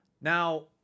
Now